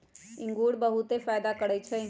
इंगूर बहुते फायदा करै छइ